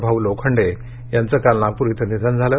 भाऊ लोखंडे यांचं काल नागप्र इथं निधन झालं